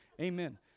amen